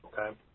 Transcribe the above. okay